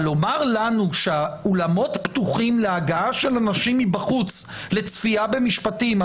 אבל לומר לנו שהאולמות פתוחים להגעה של אנשים מבחוץ לצפייה במשפטים,